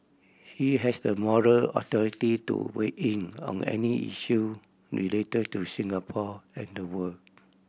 he has the moral authority to weigh in on any issue related to Singapore and the world